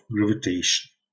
gravitation